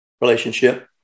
relationship